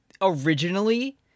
originally